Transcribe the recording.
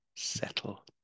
Settle